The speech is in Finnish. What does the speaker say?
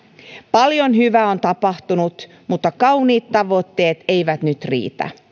paljon hyvää on tapahtunut mutta kauniit tavoitteet eivät nyt riitä